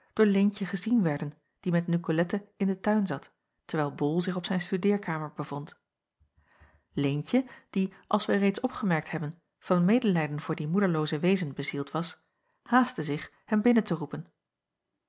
door leentje gezien werden die met nicolette in den tuin zat terwijl bol zich op zijn studeerkamer bevond leentje die als wij reeds opgemerkt hebben van medelijden voor die moederlooze weezen bezield was haastte zich hen binnen te roepen